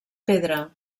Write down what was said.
pedra